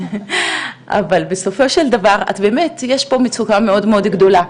אבל בסופו יש פה מצוקה מאוד מאוד גדולה.